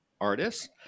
artists